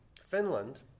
Finland